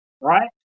Right